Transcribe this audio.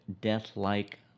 death-like